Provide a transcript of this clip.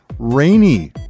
rainy